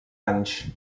anys